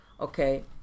Okay